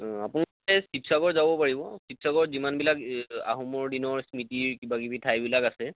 আপোনালোকে শিৱসাগৰ যাব পাৰিব শিৱসাগৰত যিমানবিলাক আহোমৰ দিনৰ স্মৃতিৰ কিবা কিবি ঠাইবিলাক আছে